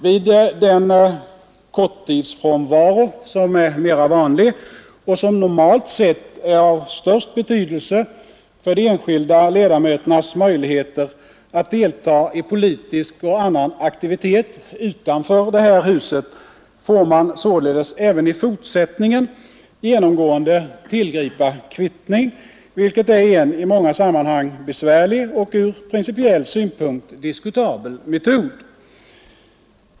Vid den korttidsfrånvaro som är mera vanlig och som normalt sett väl har störst betydelse för de enskilda ledamöternas möjligheter att delta i politisk och annan aktivitet utanför detta hus, får man således även i fortsättningen tillgripa kvittning, vilket är en i många sammanhang besvärlig och ur principiell synpunkt diskutabel metod.